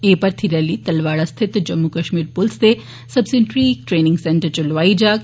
एह् भर्थी रैली तलवाड़ा स्थित जम्मू कश्मीर पुलसै दे सबसिडरी ट्रेनिंग सैन्टर च लोआई जाग